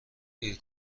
دیر